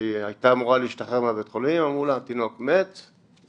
כשהיא הייתה אמורה להשתחרר מבית החולים אמרו לה שהתינוק מת וזהו,